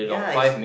ya is